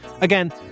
again